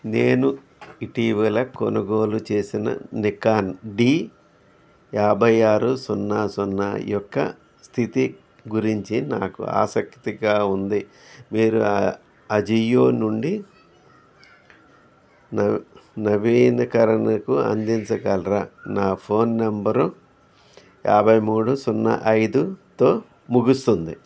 నేను ఇటీవల కొనుగోలు చేసిన నికాన్ డి యాభై ఆరు సున్నా సున్నా యొక్క స్థితి గురించి నాకు ఆసక్తిగా ఉంది మీరు అజియో నుండి నవి నవీనకరణకు అందించగలరా నా ఫోన్ నెంబరు యాభై మూడు సున్నా ఐదుతో ముగుస్తుంది